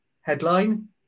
headline